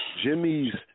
Jimmy's